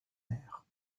air